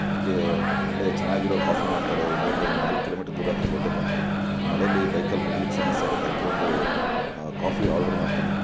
ಅದಕ್ಕೆ ಒಳ್ಳೆಯ ಚೆನ್ನಾಗಿರೋ ಕಾಫಿ ಮಾಡ್ತಾರೆ ಇಲ್ಲಿಂದ ಒಂದು ನಾಲ್ಕು ಕಿಲೋಮೀಟರ್ ದೂರ ಆಗುತ್ತೆ ಹೋಟೆಲು ಮಳೇಲ್ಲಿ ಬೈಕಲ್ಲಿ ಹೋಗ್ಲಿಕ್ಕೆ ಸಮಸ್ಯೆಯಾಗತ್ತೆ ಅದಕ್ಕೆ ಒಂದು ಕಾಫಿ ಆರ್ಡರ್ ಮಾಡ್ತೇನೆ